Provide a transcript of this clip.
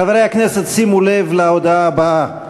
חברי הכנסת, שימו לב להודעה הבאה: